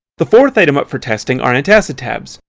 the fourth item up for testing are antacid tabs.